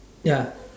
ya